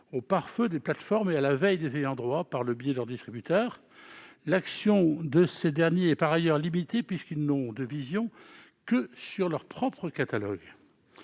aux pare-feux des plateformes et à la veille des ayants droit par le biais de leur distributeur. L'action de ces derniers est par ailleurs limitée, puisqu'ils n'ont de vision que sur leur propre catalogue.